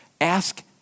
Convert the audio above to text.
Ask